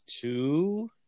two